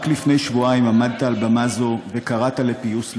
רק לפני שבועיים עמדת על במה זו וקראת לפיוס לאומי,